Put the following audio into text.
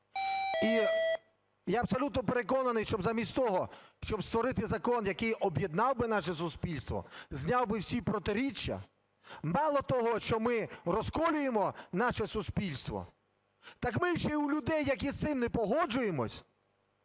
І я абсолютно переконаний, що замість того, щоб створити закон, який об'єднав би наше суспільство, зняв би всі протиріччя, мало того, що ми розколюємо наше суспільство, так ми ще у людей, які з цим не погоджуються,